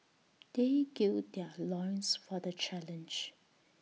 they gird their loins for the challenge